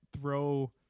throw